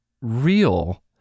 real